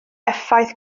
effaith